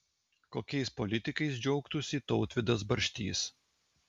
kokiais politikais džiaugtųsi tautvydas barštys